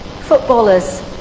footballers